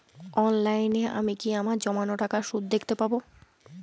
অনলাইনে আমি কি আমার জমানো টাকার সুদ দেখতে পবো?